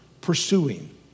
pursuing